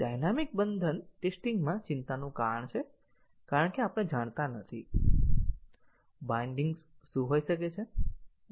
dynamic બંધન testing માં ચિંતાનું કારણ છે કારણ કે આપણે જાણતા નથી બાઇન્ડિંગ્સ શું હોઈ શકે છે